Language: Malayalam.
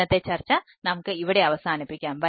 ഇന്നത്തെ ചർച്ച നമുക്ക് ഇവിടെ അവസാനിപ്പിക്കാം